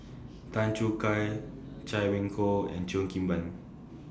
Tan Choo Kai Chay Weng Yew and Cheo Kim Ban